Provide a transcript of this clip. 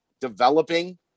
developing